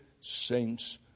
saints